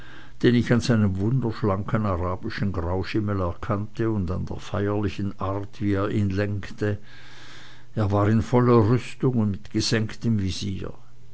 den ich an seinem wunderschlanken arabischen grauschimmel erkannte und an der feierlichen art wie er ihn lenkte er war in voller rüstung mit gesenktem